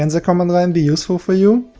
and command line be useful for you?